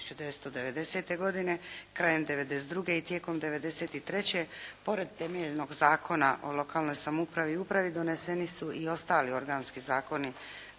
1990. godine, krajem 1992. i tijekom 1993. pored temeljnog Zakona o lokalnoj samoupravi i upravi doneseni su i ostali organski zakoni